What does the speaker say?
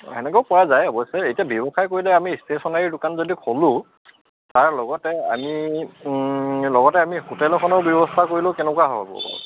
তেনেকেও পোৱা যায় অৱশ্যে এতিয়া ব্যৱসায় কৰিলে আমি ষ্টেচনাৰী দোকান যদি খোলো তাৰ লগতে আমি লগতে আমি হোটেল এখনৰ ব্যৱস্থা কৰিলেও কেনেকুৱা হয় হ'ব বাৰু